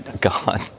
God